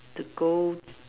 to go